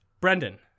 Brendan